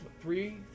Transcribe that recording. three